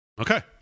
Okay